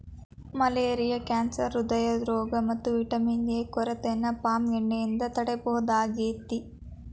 malaria cancer ಹ್ರೃದ್ರೋಗ ಮತ್ತ vitamin A ಕೊರತೆನ ಪಾಮ್ ಎಣ್ಣೆಯಿಂದ ತಡೇಬಹುದಾಗೇತಿ